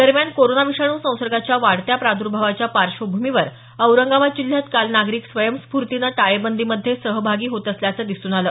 दरम्यान कोरोना विषाणू संसर्गाच्या वाढत्या प्रादर्भावाच्या पार्श्वभूमीवर औरंगाबाद जिल्ह्यात काल नागरिक स्वयंस्फूर्तीनं टाळेबंदीमध्ये सहभागी होत असल्याचं दिसून आलं